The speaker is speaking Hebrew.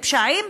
פשעים,